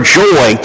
joy